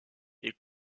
est